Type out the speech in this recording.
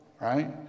right